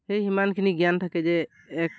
সেই সিমানখিনি জ্ঞান থাকে যে এক